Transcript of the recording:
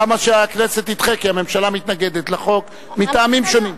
למה שהכנסת תדחה כי הממשלה מתנגדת לחוק מטעמים שונים?